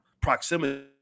proximity